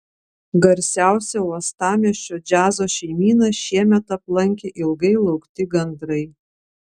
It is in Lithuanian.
garsiausią uostamiesčio džiazo šeimyną šiemet aplankė ilgai laukti gandrai